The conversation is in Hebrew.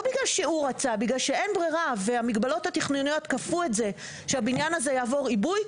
בגלל שאין ברירה והמגבלות התכנוניות כפו את זה שהבניין יעבור עיבוי,